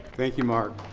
thank you mark.